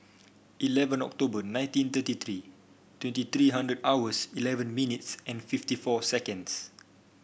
eleven October nineteen thirty three twenty three hundred hours eleven minutes and fifty four seconds